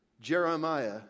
Jeremiah